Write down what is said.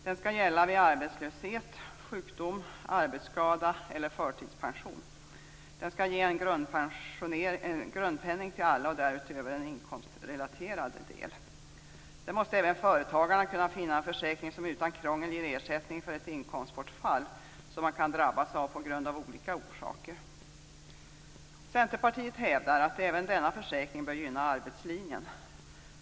Den skall gälla vid arbetslöshet, sjukdom, arbetsskada eller förtidspension. Den skall ge en grundpenning till alla och därutöver ha en inkomstrelaterad del. Försäkringen måste även för företagarna utan krångel ge ersättning för inkomstbortfall som de av olika orsaker kan drabbas av. Centerpartiet hävdar att denna försäkring även bör gynna arbetslinjen.